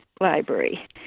library